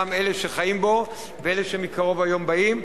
גם אלה שחיים בו ואלה שמקרוב והיום באים,